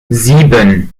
sieben